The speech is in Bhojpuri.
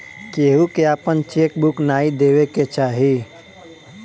केहू के आपन चेक बुक नाइ देवे के चाही